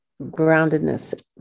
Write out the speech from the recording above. groundedness